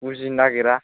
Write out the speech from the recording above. बुजिनो नागिरा